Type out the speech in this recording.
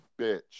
bitch